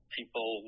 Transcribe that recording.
People